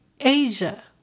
Asia